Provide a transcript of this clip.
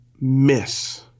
miss